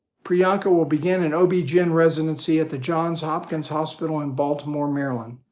priyanka will begin an ob-gyn residency at the johns hopkins hospital in baltimore, maryland.